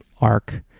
arc